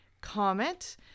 comment